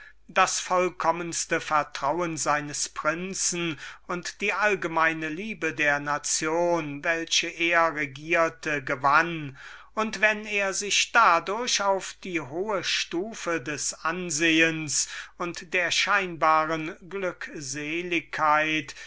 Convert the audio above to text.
das vollkommenste vertrauen seines prinzen und die allgemeine liebe der nation welche er regierte gewann und sich dadurch auf diese hohe stufe des ansehens und der scheinbaren